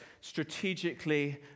strategically